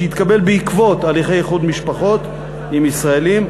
שהתקבל בעקבות הליכי איחוד משפחות עם ישראלים,